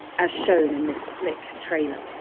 as shown in this slick trailer